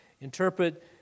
Interpret